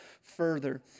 further